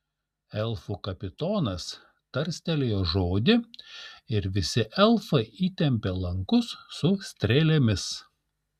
elfų kapitonas tarstelėjo žodį ir visi elfai įtempė lankus su strėlėmis